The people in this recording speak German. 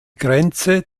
grenze